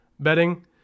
Betting